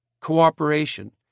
cooperation